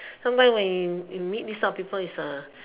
sometime when you you meet this type of people it's